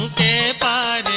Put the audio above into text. pe buy